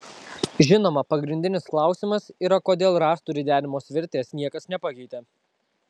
žinoma pagrindinis klausimas yra kodėl rąstų ridenimo svirties niekas nepakeitė